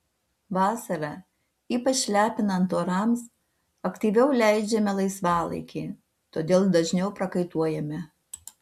vasarą ypač lepinant orams aktyviau leidžiame laisvalaikį todėl dažniau prakaituojame